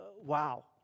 wow